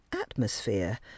atmosphere